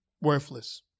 Worthless